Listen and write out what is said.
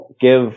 give